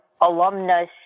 alumnus